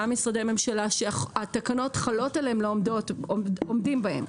משרדי ממשלה שהתקנות חלות עליהם לא עומדים בהם.